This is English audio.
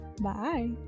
bye